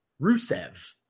Rusev